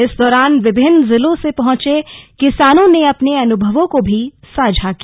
इस दौरान विभिन्न जिलों से पहुंचे किसानों ने अपने अनुभवों को भी साझा किया